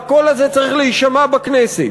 והקול הזה צריך להישמע בכנסת,